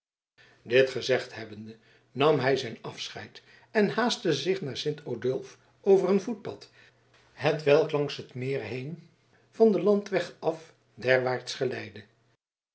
dit gezegd hebbende nam hij zijn afscheid en haastte zich naar sint odulf over een voetpad hetwelk langs het meer heen van den landweg af derwaarts geleidde